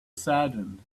saddened